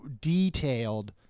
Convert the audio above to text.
detailed